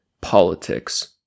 politics